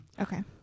okay